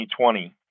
2020